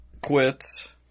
quits